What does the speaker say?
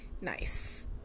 Nice